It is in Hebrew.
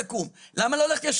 למה ללכת עקום?